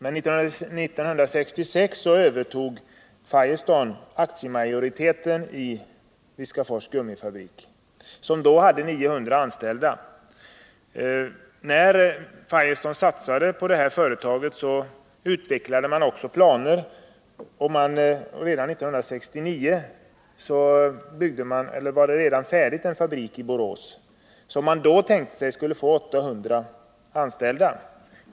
1966 övertog Firestone aktiemajoriteten i Viskafors gummifabrik, som då hade 900 anställda. När Firestone satsade på detta företag, utvecklade man även planer. Redan 1969 var en fabrik färdig i Borås, som man då tänkte skulle få 800 anställda.